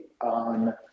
on